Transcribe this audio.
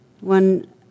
One